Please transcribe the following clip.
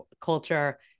culture